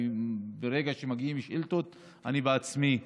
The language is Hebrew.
ברגע שמגיעות שאילתות, אני בעצמי עובר,